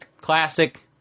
Classic